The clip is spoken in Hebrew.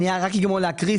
אני רק אגמור להקריא.